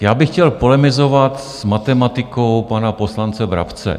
Já bych chtěl polemizovat s matematikou pana poslance Brabce.